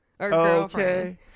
Okay